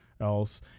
else